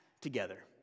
together